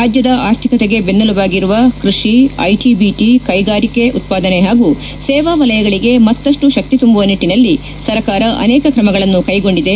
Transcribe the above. ರಾಜ್ಯದ ಅರ್ಥಿಕತೆಗೆ ಬೆಸ್ಟೆಲುಬಾಗಿರುವ ಕೈಷಿ ಐಟಿ ಬಿಟಿ ಕೈಗಾರಿಕೆ ಉತ್ತಾದನೆ ಹಾಗೂ ಸೇವಾ ವಲಯಗಳಿಗೆ ಮತ್ತಷ್ಟು ಶಕ್ತಿ ತುಂಬುವ ನಿಟ್ಟಿನಲ್ಲಿ ಸರಕಾರ ಅನೇಕ ಕ್ರಮಗಳನ್ನು ಕೈಗೊಂಡಿದೆ